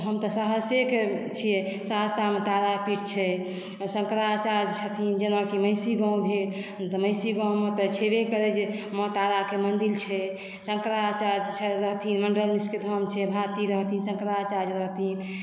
तऽ हम तऽ सहरसाके छियै सहरसामे तारापीठ छै शंकराचार्य छथीन जाहिमे की महिषी गाँव भेल महिषी गाँवमे तऽ छैबय करै जे माँ ताराक मन्दिर छै शंकराचार्य छे रहथिन मण्डन मिश्रके धाम छै भारती रहथिन शंकराचार्य रहथिन